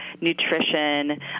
nutrition